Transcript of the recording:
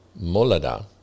Molada